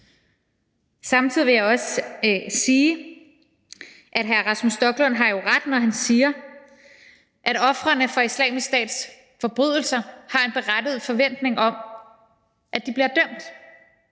Samtidig vil jeg også sige, at hr. Rasmus Stoklund jo har ret, når han siger, at ofrene for Islamisk Stats forbrydelser har en berettiget forventning om, at forbryderne bliver dømt.